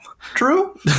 true